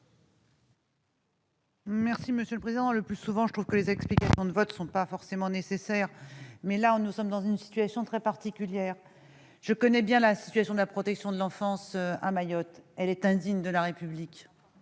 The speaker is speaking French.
explication de vote. Le plus souvent, je trouve que les explications de vote ne sont pas forcément nécessaires, mais, en l'occurrence, la situation est très particulière. Je connais bien la situation de la protection de l'enfance à Mayotte. Elle est indigne de la République,